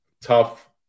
Tough